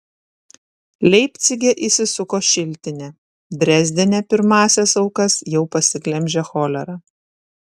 leipcige įsisuko šiltinė drezdene pirmąsias aukas jau pasiglemžė cholera